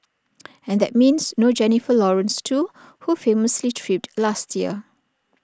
and that means no Jennifer Lawrence too who famously tripped last year